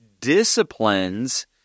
disciplines